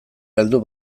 heldu